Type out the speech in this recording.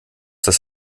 das